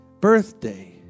birthday